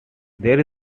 there